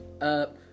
up